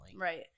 Right